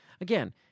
again